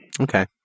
okay